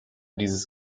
dieses